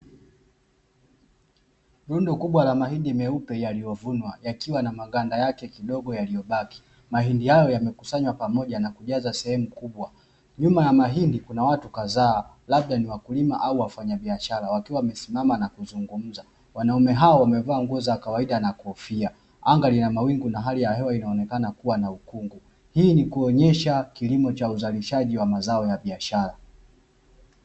Rundo kubwa la mahindi meupe yaliyo vunwa yakiwa na maganda yake kidogo yaliyobaki, mahindi hayo yamekusanywa pamoja na kujazaa sehemu kubwa. Nyuma ya mahindi kuna watu kadhaa labda ni wakulima au wafanya biashara wakiwa wamesimama na kuzungumza, wanaume hao wamevaa nguo za kawaida na kofia. Anga lina mawingu na hali ya hewa inaonekena kuwa na ukungu, hii ni kuonyesha kilimo cha uzalishaji wa mazao ya biashara.